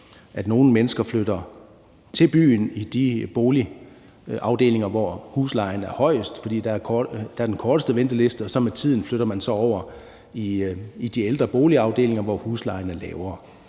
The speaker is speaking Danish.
nogle mennesker flytter til byen i de boligafdelinger, hvor huslejen er højest, fordi der er den korteste venteliste dér, og med tiden flytter man så over i de ældre boligafdelinger, hvor huslejen er lavere.